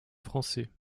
français